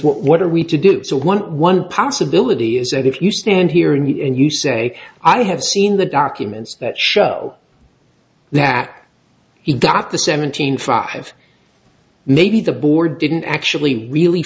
what are we to do so one one possibility is that if you stand here and you say i have seen the documents that show that he got the seven hundred five maybe the board didn't actually really